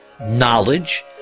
knowledge